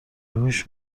هوش